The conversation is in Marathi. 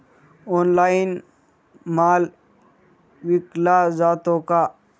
ऑनलाइन माल विकला जातो का?